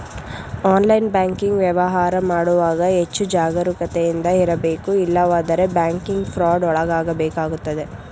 online banking ವ್ಯವಹಾರ ಮಾಡುವಾಗ ಹೆಚ್ಚು ಜಾಗರೂಕತೆಯಿಂದ ಇರಬೇಕು ಇಲ್ಲವಾದರೆ ಬ್ಯಾಂಕಿಂಗ್ ಫ್ರಾಡ್ ಒಳಗಾಗಬೇಕಾಗುತ್ತದೆ